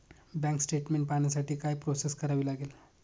Bank statement पाहण्यासाठी काय process करावी लागेल?